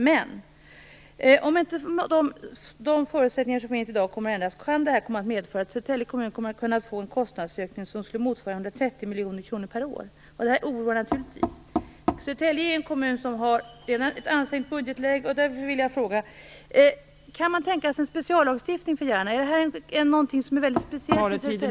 Men om inte de förutsättningar som finns i dag ändras kan Södertälje kommun komma att få en kostnadsökning motsvarande ungefär 130 miljoner kronor per år, och det oroar naturligtvis. Södertälje är en kommun som redan har ett ansträngt budgetläge, och därför vill jag fråga: Kan man tänka sig en speciallagstiftning för Järna? Är det här något som är väldigt speciellt för